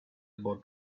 about